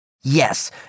Yes